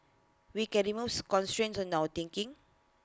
we can removes constraints on our thinking